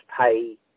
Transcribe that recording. pay